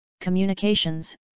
communications